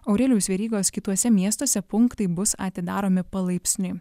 aurelijaus verygos kituose miestuose punktai bus atidaromi palaipsniui